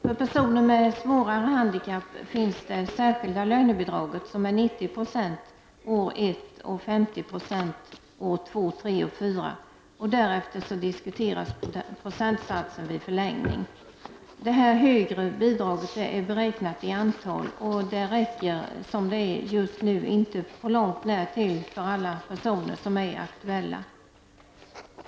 För personer med svårare handikapp finns det särskilda lönebidraget som är 90 96 år 1 och 50 26 år 2, 3 och 4, Därefter diskuteras procentsatsen vid förlängning, Det här högre bidraget gäller ett begränsat antal platser och räcker inte på långt när till för alla personer som nu är aktuella.